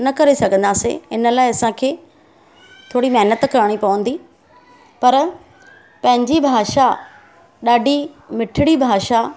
न करे सघंदासीं इनलाइ असांखे थोरी महिनत करणी पवंदी पर पंहिंजी भाषा ॾाढी मिठिड़ी भाषा